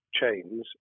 chains